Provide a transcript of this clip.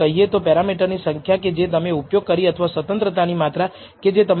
જેનો અર્થ છે કારણ કે તમે સેવા આપવા માટે કોઈ સમય લીધો નથી હા કારણ કે તમે કોઈ પણ યુનિટની મરામત કરી નથી